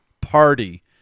party